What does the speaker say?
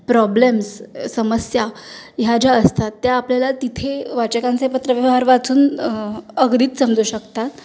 problems समस्या ह्या ज्या असतात त्या आपल्याला तिथे वाचकांचे पत्रव्यवहार वाचून अगदीच समजू शकतात